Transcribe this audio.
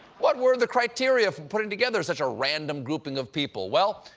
what were the criteria for putting together such a random grouping of people? well,